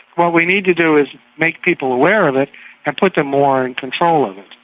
what we need to do is make people aware of it and put them more in control of it.